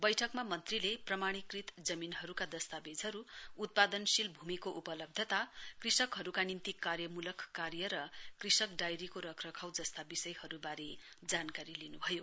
बैठकमा मन्त्रीले प्रमाणीकृत जमीनहरूका दस्तावेजहरू उत्पादनशील भूमिको उपलब्धता कृषकहरूका निम्ति कार्यमूलक कार्य र कृषक डायरीको रखरखाउ जस्ता विषयहरूबारे जानकारी लिन्भयो